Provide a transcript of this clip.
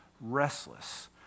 restless